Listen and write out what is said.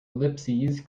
ellipses